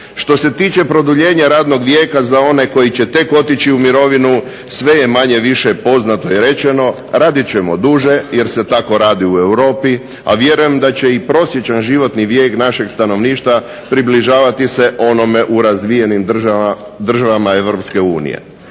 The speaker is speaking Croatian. Što se tiče produljenja radnog vijeka za one koji će tek otići u mirovinu sve je manje-više poznato i rečeno, raditi ćemo duže jer se tako radi i u europi, a vjerujem da će i prosječan životni vijek našeg stanovništva približavati se onome u razvijenijim državama